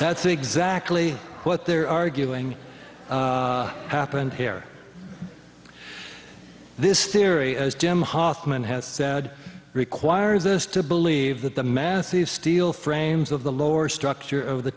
that's exactly what they're arguing happened here this theory as jim hofmann has said requires us to believe that the massive steel frames of the lower structure of the